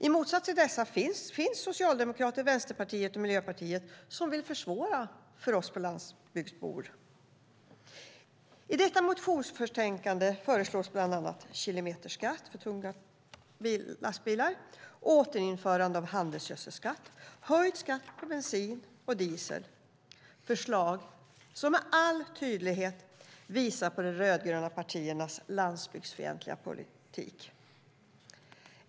I motsats till detta finns Socialdemokraterna, Vänsterpartiet och Miljöpartiet, som vill försvara för oss landsbygdsbor. I detta motionsbetänkande föreslås bland annat kilometerskatt för tunga lastbilar, återinförande av handelsgödselskatt, höjd skatt på bensin och diesel - förslag som med all tydlighet visar på de rödgröna partiernas landsbygdsfientliga politik.